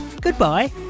goodbye